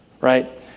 right